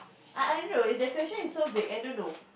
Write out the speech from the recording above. I I don't know the question is so vague I don't know